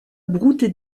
brouter